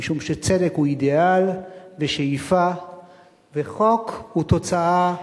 משום שצדק הוא אידיאל ושאיפה וחוק הוא תוצאה,